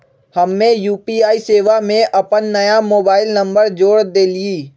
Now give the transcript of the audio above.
हम्मे यू.पी.आई सेवा में अपन नया मोबाइल नंबर जोड़ देलीयी